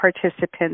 participants